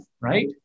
right